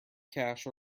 cash